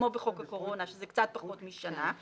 כמו בחוק הקורונה שזה קצת פחות משנה.